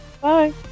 Bye